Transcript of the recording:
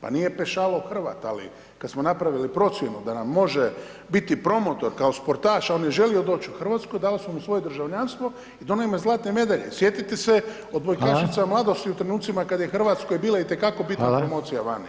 Pa nije Pešalov Hrvat ali, kad smo napravili procjenu, a nam može biti promotor, kao sportaš on je želio doći u Hrvatsku, dali smo mu svoje državljanstvo i da ona ima zlatne medalje, sjetite se od mojih ... [[Upadica: Hvala.]] mladosti u trenucima kad je Hrvatskoj bila itekako bitna promocija [[Upadica: Hvala.]] vani.